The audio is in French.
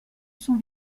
son